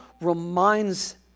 reminds